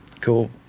Cool